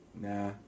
nah